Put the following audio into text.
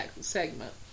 segment